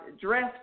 Dress